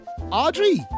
Audrey